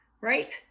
right